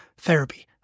therapy